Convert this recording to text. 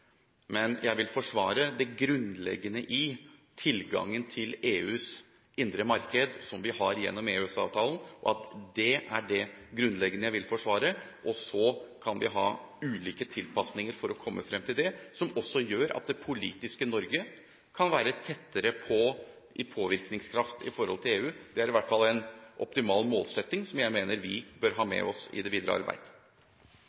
Men jeg vil forsvare det grunnleggende i tilgangen til EUs indre marked, som vi har gjennom EØS-avtalen. Det er det grunnleggende jeg vil forsvare, og så kan vi ha ulike tilpasninger for å komme frem til det, som også gjør at det politiske Norge kan være tettere på i forhold til å påvirke EU. Det er i hvert fall en optimal målsetting som jeg mener vi bør ha